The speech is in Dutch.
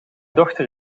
dochter